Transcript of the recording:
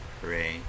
Hooray